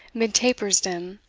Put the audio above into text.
mid tapers dim,